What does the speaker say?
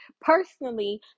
personally